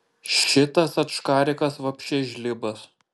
šitas ačkarikas vapše žlibas